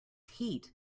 heat